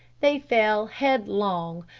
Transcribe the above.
they fell headlong,